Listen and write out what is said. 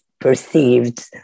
perceived